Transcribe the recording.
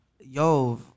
Yo